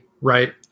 right